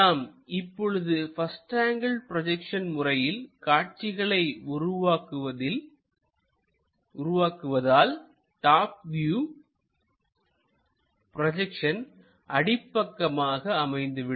நாம் இப்பொழுது first angle projection முறையில் காட்சிகளை உருவாக்குவதால் டாப் வியூ ப்ரொஜெக்ஷன் அடிப்பக்கமாக அமைந்துவிடும்